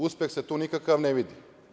Uspeh se tu nikakav ne vidi.